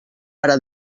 ara